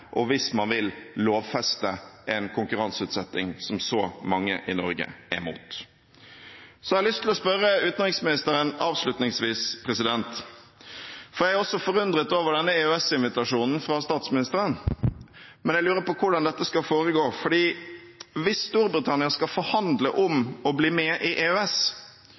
og hvis man vil lovfeste en konkurranseutsetting som så mange i Norge er imot. Så har jeg avslutningsvis lyst til å spørre utenriksministeren om noe, for jeg er også forundret over denne EØS-invitasjonen fra statsministeren, og jeg lurer på hvordan dette skal foregå. For hvis Storbritannia skal forhandle om å bli med i EØS,